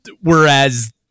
whereas